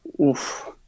Oof